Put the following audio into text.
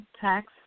Tax